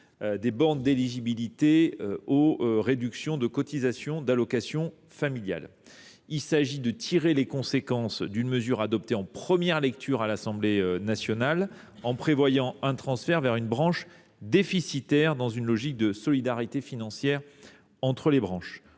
des bornes d’éligibilité aux dispositifs de réduction de cotisations d’allocations familiales. Il s’agit de tirer les conséquences d’une mesure adoptée en première lecture à l’Assemblée nationale, en prévoyant un transfert vers une branche déficitaire dans une logique de solidarité financière entre les branches.